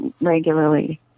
regularly